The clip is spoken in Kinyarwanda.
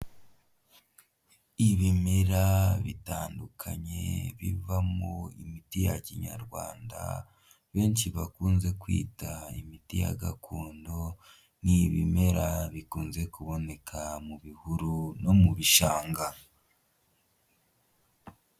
Ibimera bitandukanye bivamo imiti ya kinyarwanda benshi bakunze kwita imiti ya gakondo, n'ibimera bikunze kuboneka mu bihuru no mu bishanga.